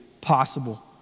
possible